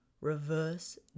reverse